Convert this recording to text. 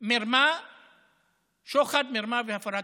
שוחד, מרמה והפרת אמונים.